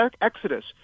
exodus